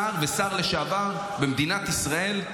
שר ושר לשעבר במדינת ישראל,